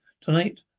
Tonight